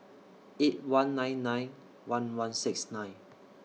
eight one nine nine one one six nine